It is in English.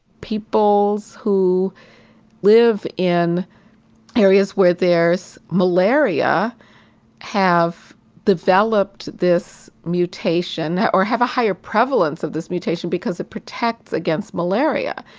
peoples who live in areas where there's malaria have developed this mutation, or have a higher prevalence of this mutation, because it protects against malaria.